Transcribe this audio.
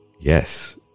Yes